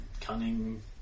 cunning